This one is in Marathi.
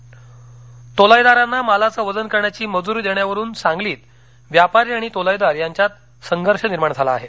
बाजारपेठ सांगली तोलाईदारांना मालाचं वजन करण्याची मजूरी देण्यावरून सांगलीत व्यापारी आणि तोलाईदार यांच्यात संघर्ष निर्माण झाला आहे